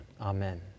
Amen